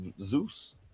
Zeus